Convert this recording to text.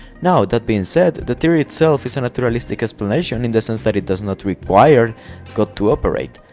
now that being said the theory itself is a naturalistic explanation in the sense that it does not require god to operate,